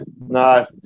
No